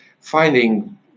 finding